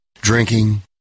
Drinking